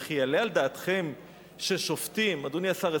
וכי יעלה על דעתכם ששופטים" אדוני השר,